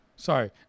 Sorry